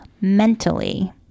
mentally